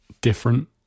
different